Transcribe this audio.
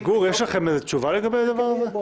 גור, יש לכם תשובה לגבי הדבר הזה?